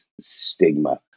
stigma